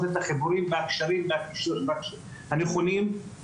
בשנים האחרונות זה שנות קורונה,